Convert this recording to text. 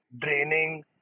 draining